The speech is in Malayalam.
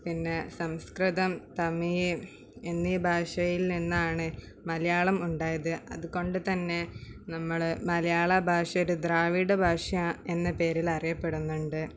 പിന്നെ സംസ്കൃതം തമിഴ് എന്നീ ഭാഷയിൽ നിന്നാണ് മലയാളം ഉണ്ടായത് അത് കൊണ്ട് തന്നെ നമ്മള് മലയാള ഭാഷയൊരു ദ്രാവിഡ ഭാഷ എന്ന പേരിലറിയപ്പെടുന്നുണ്ട്